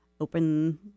open